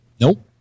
Nope